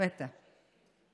לי